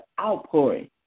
outpouring